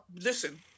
Listen